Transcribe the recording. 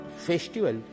Festival